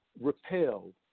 repelled